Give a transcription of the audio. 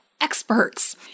experts